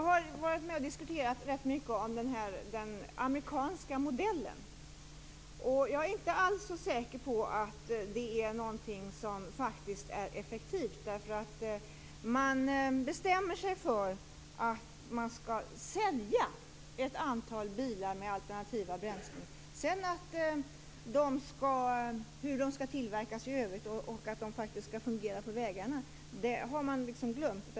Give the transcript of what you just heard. Herr talman! Jag har rätt mycket varit med och diskuterat den amerikanska modellen. Jag är inte alls så säker på att det är något som är effektivt. Man bestämmer sig för att man skall sälja ett antal bilar som drivs med alternativa bränslen. Hur de skall tillverkas i övrigt och att de faktiskt skall fungera på vägarna har man glömt.